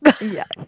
Yes